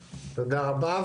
הוא עזר לי למצוא עבודה.